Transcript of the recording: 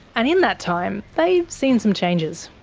and in that time they've seen some changes.